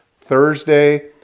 Thursday